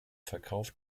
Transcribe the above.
verkauf